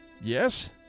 yes